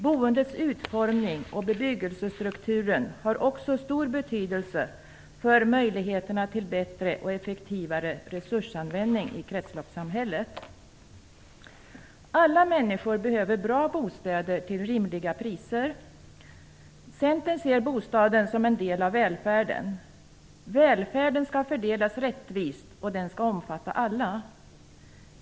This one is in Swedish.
Boendets utformning och bebyggelsestrukturen har också stor betydelse för möjligheterna till bättre och effektivare resursanvändning i kretsloppssamhället. Alla människor behöver bra bostäder till rimliga priser. Centern ser bostaden som en del av välfärden. Välfärden skall fördelas rättvist och den skall omfatta alla.